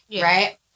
right